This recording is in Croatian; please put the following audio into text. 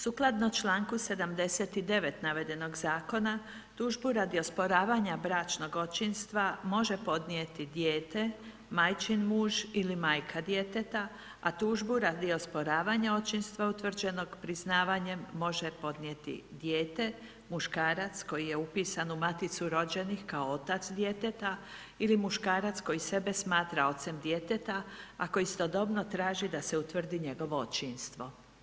Sukladno članku 79. navedenog zakona tužbu radi osporavanja bračnog očinstva može podnijeti dijete, majčin muž ili majka djeteta, a tužbu radi osporavanja očinstva utvrđenog priznavanjem može podnijeti dijete, muškarac koji je upisa u Maticu rođenih kao otac djeteta ili muškarac koji sebe smatra ocem djeteta a koji istodobno traži da se utvrdi njegovo očinstvo.